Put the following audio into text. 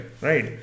right